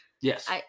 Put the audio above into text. Yes